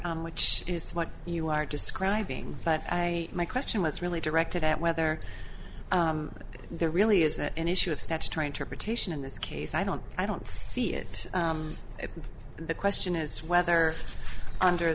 here which is what you are describing but i my question was really directed at whether there really is an issue of statutory interpretation in this case i don't i don't see it the question is whether under